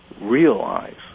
realize